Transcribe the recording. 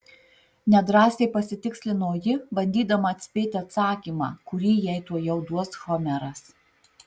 nedrąsiai pasitikslino ji bandydama atspėti atsakymą kurį jai tuojau duos homeras